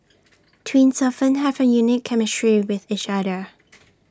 twins often have A unique chemistry with each other